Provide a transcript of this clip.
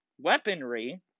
weaponry